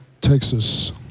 Texas